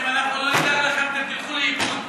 אם אנחנו לא נדאג לכם, אתם תלכו לאיבוד.